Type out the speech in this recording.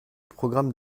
programme